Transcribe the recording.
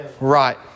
Right